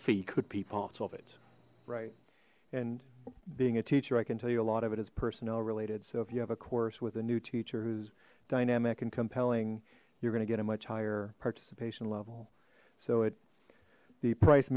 fee could be part of it right and being a teacher i can tell you a lot of it is personnel related so if you have a course with a new teacher who's dynamic and compelling you're gonna get a much higher participation level so it the price